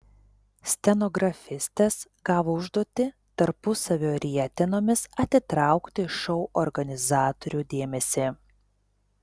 stenografistės gavo užduotį tarpusavio rietenomis atitraukti šou organizatorių dėmesį